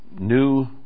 new